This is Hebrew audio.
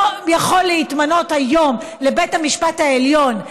יכול להתמנות היום לבית המשפט העליון,